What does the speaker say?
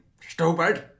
stupid